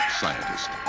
scientist